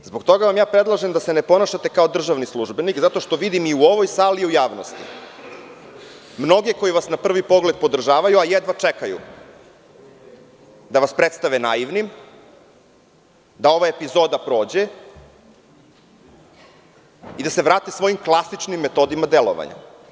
Zbog toga vam ja predlažem da se ne ponašate kao državni službenik, zato što vidim i u ovoj sali i u javnosti mnoge koji vas na prvi pogled podržavaju, a jedva čekaju da vas predstave naivnim, da ova epizoda prođe i da se vrate svojim klasičnim metodama delovanja.